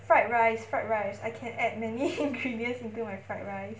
fried rice fried rice I can add many ingredients into my fried rice